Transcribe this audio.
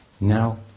now